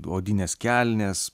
odinės kelnės